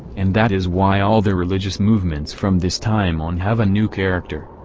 and that is why all the religious movements from this time on have a new character.